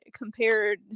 compared